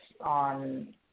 on